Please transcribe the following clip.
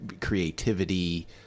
Creativity